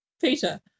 Peter